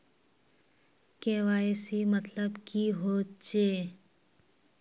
KYC मतलब की होचए?